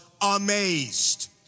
amazed